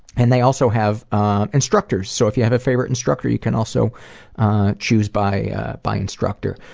and they also have instructors, so if you have a favorite instructor, you can also choose by by instructor.